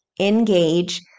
engage